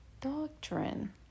doctrine